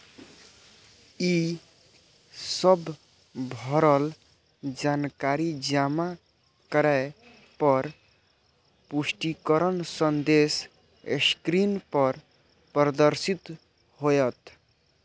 ई सब भरल जानकारी जमा करै पर पुष्टिकरण संदेश स्क्रीन पर प्रदर्शित होयत